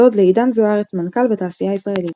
דוד לעידן זו-ארץ, מנכ"ל בתעשייה הישראלית.